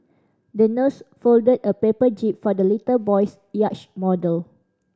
the nurse folded a paper jib for the little boy's yacht model